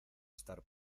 estar